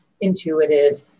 intuitive